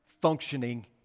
functioning